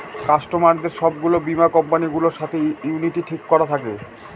কাস্টমারদের সব গুলো বীমা কোম্পানি গুলোর সাথে ইউনিটি ঠিক করা থাকে